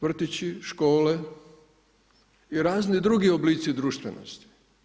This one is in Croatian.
Vrtići, škole i razni drugi oblici društvenosti.